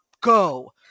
go